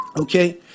Okay